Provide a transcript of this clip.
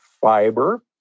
fiber